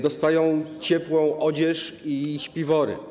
Dostają ciepłą odzież i śpiwory.